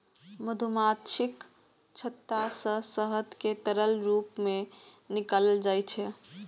मधुमाछीक छत्ता सं शहद कें तरल रूप मे निकालल जाइ छै